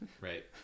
Right